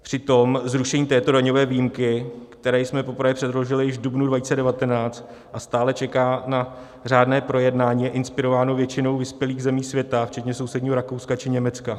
Přitom zrušení této daňové výjimky, které jsme poprvé předložili již v dubnu 2019 a stále čeká na řádné projednání, je inspirováno většinou vyspělých zemí světa včetně sousedního Rakouska či Německa.